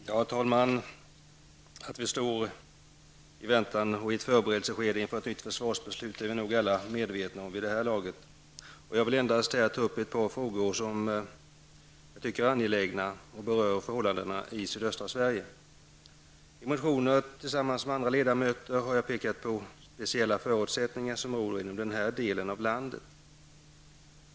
Herr talman! Att vi står i väntan på och befinner oss i ett förberedelseskede inför ett nytt försvarsbeslut är nog alla medvetna om vid det här laget. Jag skall här ta upp till debatt några som jag tycker angelägna frågor rörande förhållandena i sydöstra Sverige. I motioner har jag tillsammans med andra ledamöter pekat på de speciella förutsättningar som råder i denna del av landet.